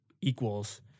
equals